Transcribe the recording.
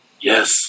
Yes